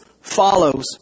follows